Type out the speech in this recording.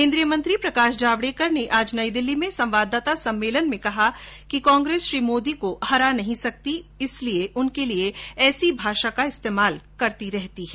केन्द्रीय मंत्री प्रकाश जावडेकर ने आज नई दिल्ली में संवाददाता सम्मेलन में कहा कि कांग्रेस श्री मोदी को नहीं हरा सकती इसलिए वह ऐसी भाषा का इस्तेमाल करती है